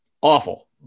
awful